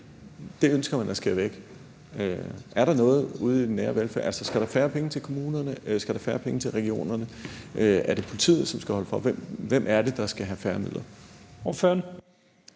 man ønsker at skære væk? Er det noget ude i den nære velfærd? Skal der færre penge til kommunerne? Skal der færre penge til regionerne? Er det politiet, som skal holde for? Hvem er det, der skal have færre midler?